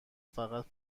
فقط